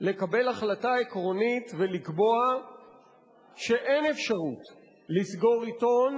לקבל החלטה עקרונית ולקבוע שאין אפשרות לסגור עיתון,